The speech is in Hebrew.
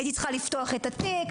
הייתי צריכה לפתוח את התיק,